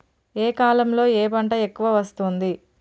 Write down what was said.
ఏ కాలంలో ఏ పంట ఎక్కువ వస్తోంది?